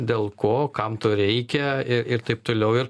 dėl ko kam to reikia i ir taip toliau ir